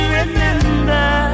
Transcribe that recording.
remember